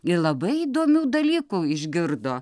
ir labai įdomių dalykų išgirdo